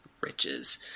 riches